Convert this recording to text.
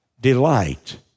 delight